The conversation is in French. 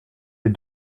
est